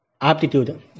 aptitude